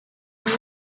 was